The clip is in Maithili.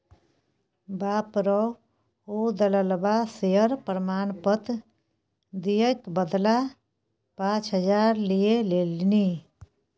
बाप रौ ओ दललबा शेयर प्रमाण पत्र दिअ क बदला पाच हजार लए लेलनि